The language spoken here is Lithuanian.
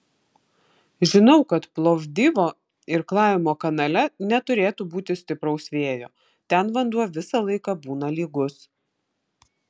žinau kad plovdivo irklavimo kanale neturėtų būti stipraus vėjo ten vanduo visą laiką būna lygus